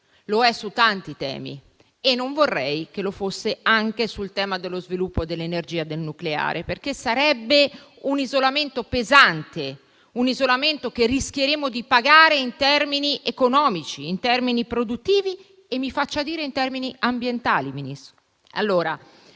lo è su tanti temi e non vorrei che lo fosse anche sul tema dello sviluppo dell'energia e del nucleare, perché sarebbe un isolamento pesante, che rischieremmo di pagare in termini economici, produttivi e - mi faccia dire - anche ambientali. Quello